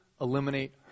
eliminate